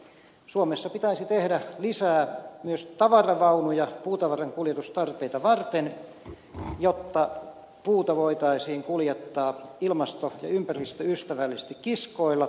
suomessa pitäisi tehdä lisää myös tavaravaunuja puutavaran kuljetustarpeita varten jotta puuta voitaisiin kuljettaa ilmasto ja ympäristöystävällisesti kiskoilla